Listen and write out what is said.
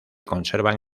conservan